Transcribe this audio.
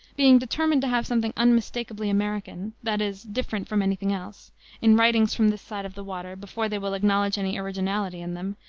being determined to have something unmistakably american that is, different from any thing else in writings from this side of the water before they will acknowledge any originality in them,